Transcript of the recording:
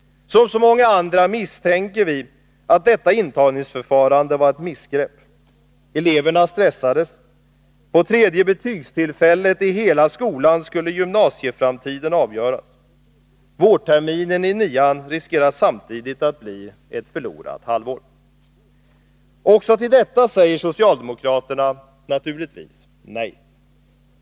Som så många andra misstänker vi att detta intagningsförfarande var ett missgrepp. Eleverna stressades. Vid det tredje betygstillfället under hela skoltiden skulle gymnasieframtiden avgöras. Vårterminen i 9-an riskerar samtidigt att bli ett förlorat halvår. Också till detta säger socialdemokraterna — naturligtvis — nej.